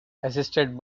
assisted